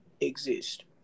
exist